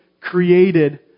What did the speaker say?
created